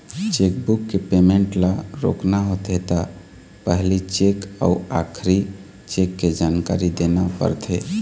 chequebook के payment ल रोकना होथे त पहिली चेक अउ आखरी चेक के जानकारी देना परथे